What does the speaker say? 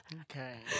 Okay